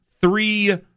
three